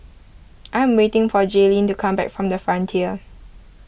I am waiting for Jayleen to come back from the Frontier